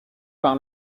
par